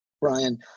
Brian